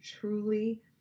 truly